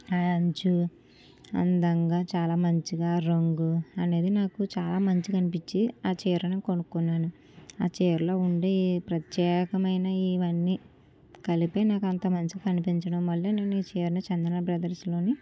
ఆ అంచు అందంగా చాలా మంచిగా రంగు అనేది నాకు చాలా మంచిగా అనిపించి ఆ చీరని కొనుకున్నాను ఆ చీరలో ఉండే ప్రత్యేకమైన ఇవన్నీ కలిపి నాకు అంత మంచిగా అనిపించడం వల్ల నేను ఈ చీరను చందాన బ్రదర్స్లో